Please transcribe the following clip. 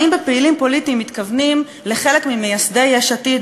האם ב"פעילים פוליטיים" מתכוונים לחלק ממייסדי יש עתיד,